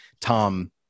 tom